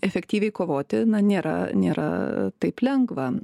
efektyviai kovoti na nėra nėra taip lengva